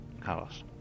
Carlos